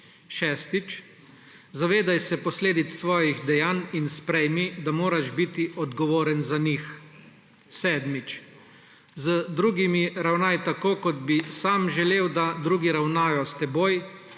Šestič, zavedaj se posledic svojih dejanj in sprejmi, da moraš biti odgovoren za njih. Sedmič, z drugimi ravnaj tako, kot bi sam želel, da drugi ravnajo s teboj